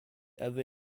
ever